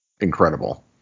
incredible